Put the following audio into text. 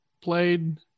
played